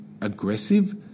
aggressive